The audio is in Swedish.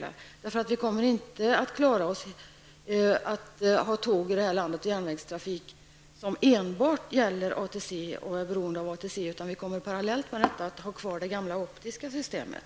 Vi kommer nämligen inte att klara av att i det här landet ha enbart järnvägstrafik som är beroende av ATC, utan vi kommer parallellt med detta att ha kvar det gamla optiska systemet.